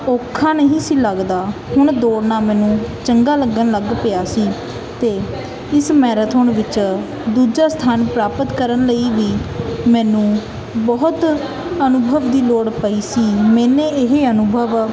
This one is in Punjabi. ਔਖਾ ਨਹੀਂ ਸੀ ਲੱਗਦਾ ਹੁਣ ਦੌੜਨਾ ਮੈਨੂੰ ਚੰਗਾ ਲੱਗਣ ਲੱਗ ਪਿਆ ਸੀ ਅਤੇ ਇਸ ਮੈਰਾਥੋਨ ਵਿੱਚ ਦੂਜਾ ਸਥਾਨ ਪ੍ਰਾਪਤ ਕਰਨ ਲਈ ਵੀ ਮੈਨੂੰ ਬਹੁਤ ਅਨੁਭਵ ਦੀ ਲੋੜ ਪਈ ਸੀ ਮੈਨੇ ਇਹ ਅਨੁਭਵ